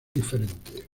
diferente